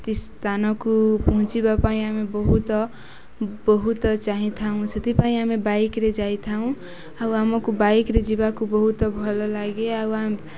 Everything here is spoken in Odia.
ସ୍ଥାନକୁ ପହଞ୍ଚିବା ପାଇଁ ଆମେ ବହୁତ ବହୁତ ଚାହିଁଥାଉ ସେଥିପାଇଁ ଆମେ ବାଇକ୍ରେେ ଯାଇଥାଉ ଆଉ ଆମକୁ ବାଇକ୍ରେେ ଯିବାକୁ ବହୁତ ଭଲ ଲାଗେ ଆଉ ଆମେ